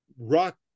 rock